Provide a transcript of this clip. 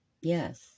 Yes